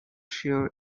sure